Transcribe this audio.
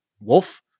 Wolf